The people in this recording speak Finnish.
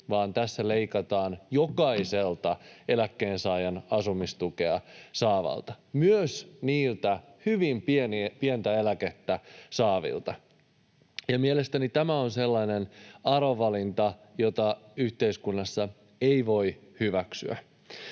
vaan tässä leikataan jokaiselta eläkkeensaajan asumistukea saavalta, myös niiltä hyvin pientä eläkettä saavilta, ja mielestäni tämä on sellainen arvovalinta, jota yhteiskunnassa ei voi hyväksyä.